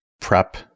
prep